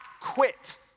quit